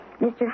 Mr